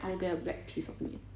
I'll get a black piece of meat